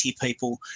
people